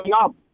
up